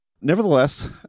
Nevertheless